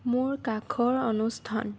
মোৰ কাষৰ অনুষ্ঠন